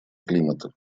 климата